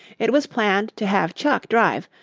it was planned to have chuck drive,